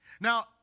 Now